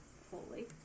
fully